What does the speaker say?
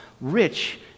rich